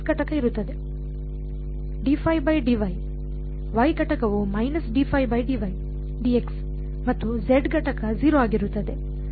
Y ಘಟಕವು ಮತ್ತು ಘಟಕ 0 ಆಗಿರುತ್ತದೆ